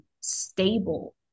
stable